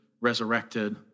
resurrected